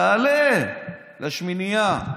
תעלה לשמינייה.